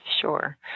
Sure